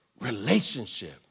relationship